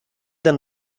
than